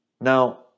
Now